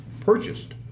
purchased